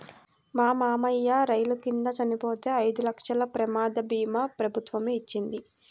మా మావయ్య రైలు కింద చనిపోతే ఐదు లక్షల ప్రమాద భీమా ప్రభుత్వమే ఇచ్చింది